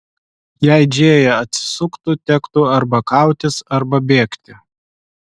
jei džėja atsisuktų tektų arba kautis arba bėgti